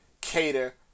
cater